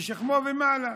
משכמו ומעלה,